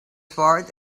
sword